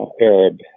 Arab